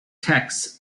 texts